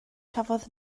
cafodd